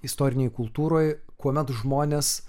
istorinėj kultūroj kuomet žmonės